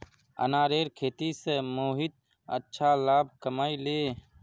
अनारेर खेती स मोहित अच्छा लाभ कमइ ले